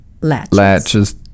latches